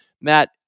Matt